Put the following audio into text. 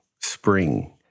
spring